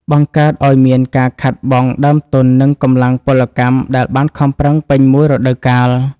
បង្កើតឱ្យមានការខាតបង់ដើមទុន និងកម្លាំងពលកម្មដែលបានខំប្រឹងពេញមួយរដូវកាល។